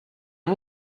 und